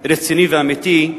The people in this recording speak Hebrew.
רציני ואמיתי,